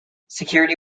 security